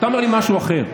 אתה אומר לי משהו אחר,